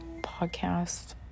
podcast